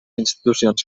institucions